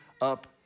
up